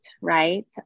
right